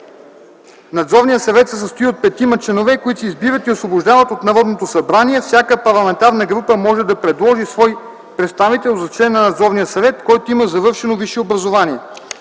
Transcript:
Надзорният съвет се състои от петима членове, които се избират и освобождават от Народното събрание. Всяка парламентарна група може да предложи свой представител за член на Надзорния съвет, който има завършено висше образование.”